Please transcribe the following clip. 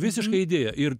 visiška idėja ir